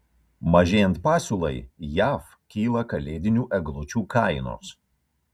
mažėjant pasiūlai jav kyla kalėdinių eglučių kainos